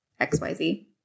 XYZ